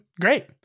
great